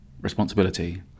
responsibility